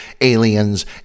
aliens